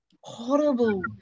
horrible